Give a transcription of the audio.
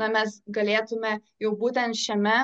na mes galėtume jau būtent šiame